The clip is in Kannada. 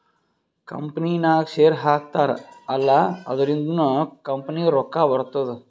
ಕಂಪನಿನಾಗ್ ಶೇರ್ ಹಾಕ್ತಾರ್ ಅಲ್ಲಾ ಅದುರಿಂದ್ನು ಕಂಪನಿಗ್ ರೊಕ್ಕಾ ಬರ್ತುದ್